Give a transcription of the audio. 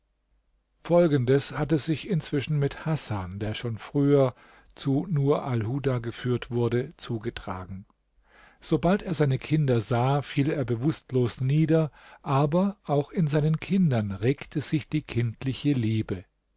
folgendes hatte sich inzwischen mit hasan der schon früher zu nur alhuda geführt wurde zugetragen sobald er seine kinder sah fiel er bewußtlos nieder aber auch in seinen kindern regte sich die kindliche liebe